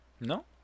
No